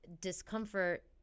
discomfort